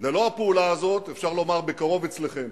ללא הפעולה הזאת, אפשר לומר: בקרוב אצלכם.